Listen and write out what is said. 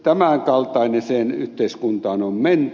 tämän kaltaiseen yhteiskuntaan on menty